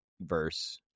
verse